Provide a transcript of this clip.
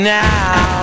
now